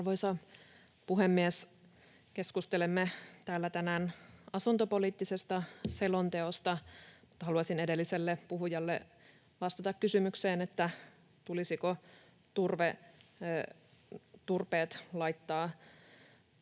Arvoisa puhemies! Keskustelemme täällä tänään asuntopoliittisesta selonteosta, mutta haluaisin edelliselle puhujalle vastata kysymykseen, tulisiko turpeet ottaa